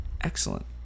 excellent